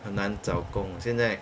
很难找工现在